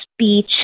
speech